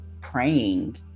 praying